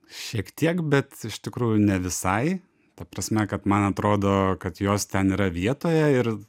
šiek tiek bet iš tikrųjų ne visai ta prasme kad man atrodo kad jos ten yra vietoje ir